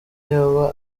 yoba